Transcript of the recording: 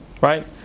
Right